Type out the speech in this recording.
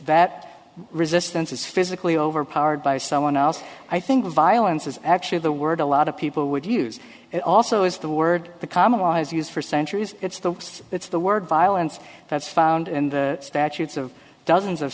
that resistance is physically overpowered by someone else i think violence is actually the word a lot of people would use it also is the word the common law is used for centuries it's the it's the word violence that's found in the statutes of dozens of